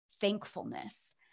thankfulness